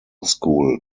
school